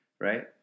Right